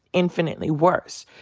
infinitely worse.